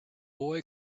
boy